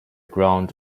ground